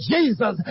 Jesus